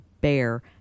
bear